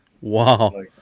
Wow